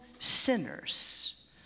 sinners